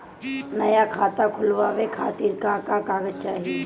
नया खाता खुलवाए खातिर का का कागज चाहीं?